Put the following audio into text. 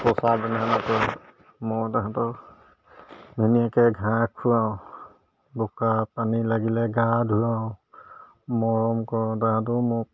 মও তাহাঁতক ধুনীয়াকৈ ঘাঁহ খুৱাওঁ বোকা পানী লাগিলে গা ধুৱাওঁ মৰম কৰোঁ তাহাঁতেও মোক